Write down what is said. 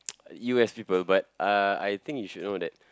U_S people but uh I think you should know that